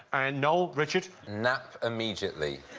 you know richard? nap immediately.